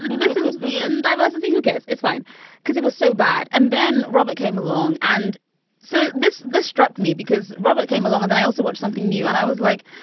this is yeah and diversity. who cares? it's fine because it was so bad. and then robert came along. and so this this struck me because robert came along. then i also watch something new and i was like,